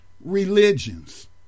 religions